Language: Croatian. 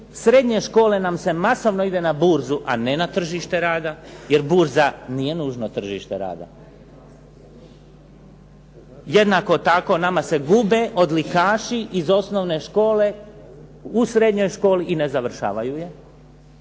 srednje škole nam se masovno ide na burzu, a ne na tržište rada, jer burza nije nužno tržište rada. Jednako tako nama se gube odlikaši iz osnovne škole u srednjoj školi i ne završavaju je.